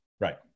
Right